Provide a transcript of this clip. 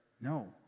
no